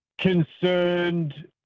concerned